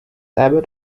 abbot